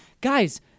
Guys